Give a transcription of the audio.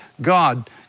God